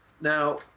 Now